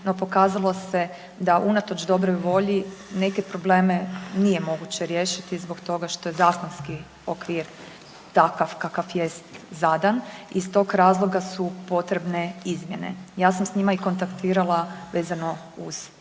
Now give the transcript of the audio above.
No, pokazalo se da unatoč dobroj volji neke probleme nije moguće riješiti zbog toga što je zakonski okvir takav kakav jest zadan. Iz tog razloga su potrebne izmjene. Ja sam sa njima kontaktirala vezano uz